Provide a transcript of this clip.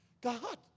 God